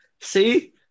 See